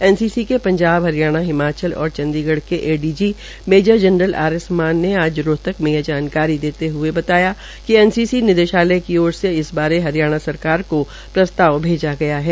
NCC के पंजाब हरियाणा हिमाचल और चंडीगढ़ के ADG major general R S Mann ने आज रोहतक में यह जानकारी देते हए बताया है कि एनसीसी निर्देशालय की ओर से इस बारे हरियाणा सरकार को प्रस्ताव भेजा है